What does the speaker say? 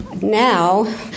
Now